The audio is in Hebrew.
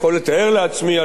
על-פי המסורת שלנו,